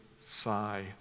sigh